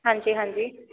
ਹਾਂਜੀ ਹਾਂਜੀ